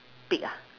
pig ah